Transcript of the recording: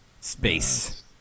Space